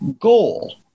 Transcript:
goal